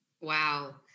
Wow